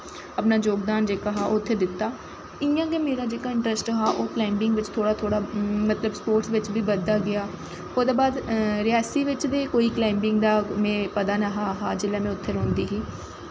अपना जोगदान हा ओह् उत्थै दित्ता इ'यां गै मेरा जेह्का इंट्रस्ट हा कलाईंबिंग बिच्च ओह् थोह्ड़ा थोह्ड़ा मतलब स्पोटस बिच्च बी बधदा गेआ ओह्दे बाद ते रियासी बिच्च ते कलाईंबिंग दा में कोई पता नेईं ऐहा हा जदूं में उत्थै रौंह्दी ही